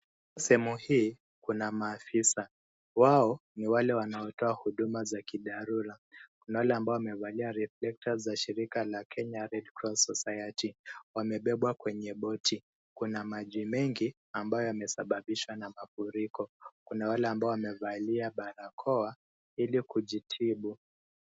Sehemu hii kuna maafisa. Wao ni wale wanaotoa huduma za kidharura. Kuna wale ambao wamevali riflekta za ushirika la Kenya red cross society wamebebwa kwenye boti. Kuna maji mengi ambayo yamesababishwa na mafuriko. Kuna wale ambao wamevalia barakoa ili kujitibu.